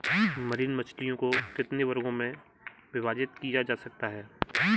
Marine मछलियों को कितने वर्गों में विभाजित किया जा सकता है?